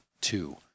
two